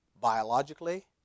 Biologically